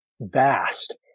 vast